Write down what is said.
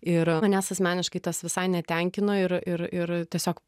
ir manęs asmeniškai tas visai netenkino ir ir ir tiesiog